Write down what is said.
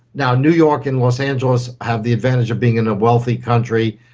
now, new york and los angeles have the advantage of being in a wealthy country,